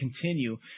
continue